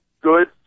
good